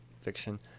fiction